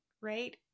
right